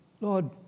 Lord